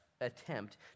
attempt